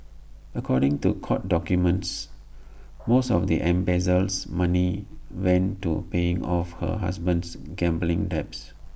according to court documents most of the embezzles money went to paying off her husband's gambling debts